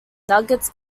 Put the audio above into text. nuggets